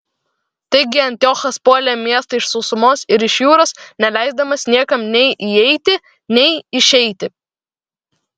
taigi antiochas puolė miestą iš sausumos ir iš jūros neleisdamas niekam nei įeiti nei išeiti